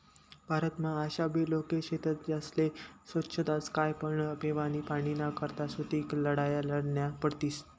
भारतमा आशाबी लोके शेतस ज्यास्ले सोच्छताच काय पण पेवानी पाणीना करता सुदीक लढाया लढन्या पडतीस